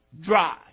dry